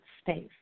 space